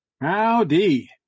Howdy